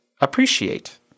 Appreciate